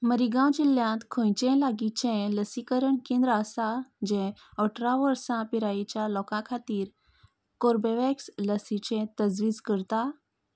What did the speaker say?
मरीगांव जिल्ल्यांत खंयचेंय लागींचें लसीकरण केंद्र आसा जें अठरा वर्सां पिरायेच्या लोकां खातीर कोर्बेवॅक्स लसीचें तजवीज करता